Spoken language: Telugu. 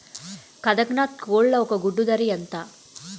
కదక్నత్ కోళ్ల ఒక గుడ్డు ధర ఎంత?